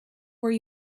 where